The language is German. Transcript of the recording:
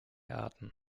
arten